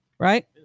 Right